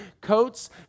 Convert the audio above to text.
coats